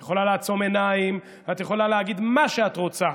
את יכולה לעצום עיניים ואת יכולה להגיד מה שאת רוצה,